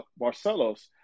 Barcelos